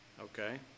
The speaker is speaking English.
Okay